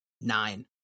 nine